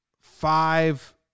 Five